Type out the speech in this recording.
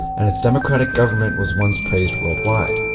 and its democratic government was once praised world wide.